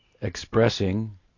expressing